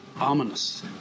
ominous